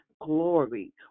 glory